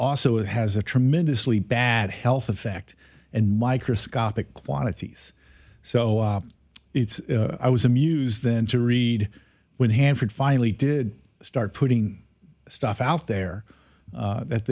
also has a tremendously bad health effect and microscopic quantities so it's i was amused then to read when hanford finally did start putting stuff out there that